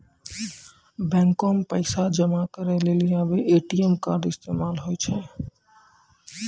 बैको मे पैसा जमा करै लेली आबे ए.टी.एम कार्ड इस्तेमाल होय छै